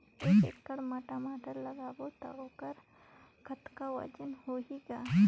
एक एकड़ म टमाटर लगाबो तो ओकर कतका वजन होही ग?